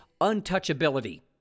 untouchability